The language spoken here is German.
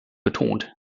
betont